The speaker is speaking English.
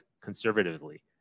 conservatively